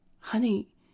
Honey